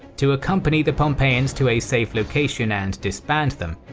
to accompany the pompeians to a safe location and disband them,